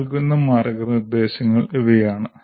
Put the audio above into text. E നൽകുന്ന മാർഗ്ഗനിർദ്ദേശങ്ങൾ ഇവയാണ്